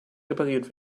repariert